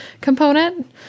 component